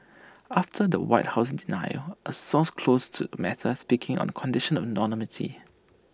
after the white house denial A source close to matter speaking on condition of anonymity